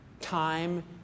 time